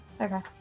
Okay